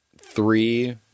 three